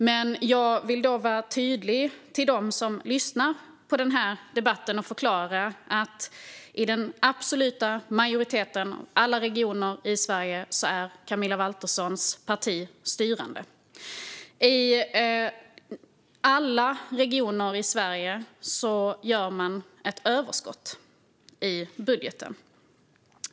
Men jag vill vara tydlig mot dem som lyssnar på denna debatt och förklara att i den absoluta majoriteten av alla regioner i Sverige är Camilla Waltersson Grönvalls parti styrande. Och i alla regioner i Sverige gör man ett överskott i budgeten.